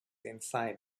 inside